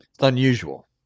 unusual